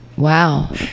Wow